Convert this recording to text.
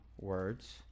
words